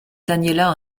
daniela